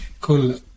Cool